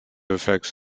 effects